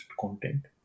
content